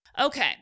Okay